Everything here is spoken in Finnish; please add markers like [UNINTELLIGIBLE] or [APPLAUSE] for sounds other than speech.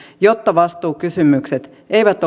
jotta vastuukysymykset eivät [UNINTELLIGIBLE]